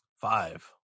Five